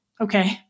Okay